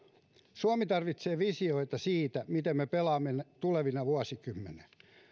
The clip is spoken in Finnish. suomi tarvitsee visioita siitä miten me pelaamme tulevina vuosikymmeninä